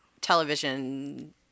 television